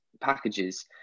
packages